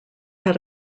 had